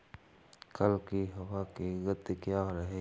कल की हवा की गति क्या रहेगी?